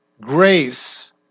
grace